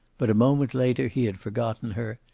but a moment later he had forgotten her,